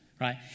right